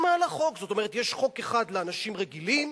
זאת אומרת, יש חוק אחד לאנשים רגילים